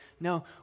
No